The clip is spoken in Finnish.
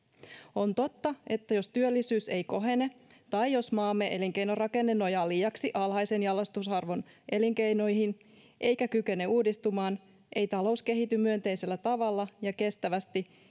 on totta että jos työllisyys ei kohene tai jos maamme elinkeinorakenne nojaa liiaksi alhaisen jalostusarvon elinkeinoihin eikä kykene uudistumaan ei talous kehity myönteisellä tavalla ja kestävästi